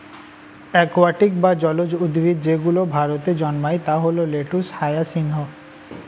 aquatic বা জলজ উদ্ভিদ যেগুলো ভারতে জন্মায় তা হল লেটুস, হায়াসিন্থ